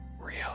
real